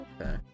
Okay